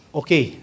okay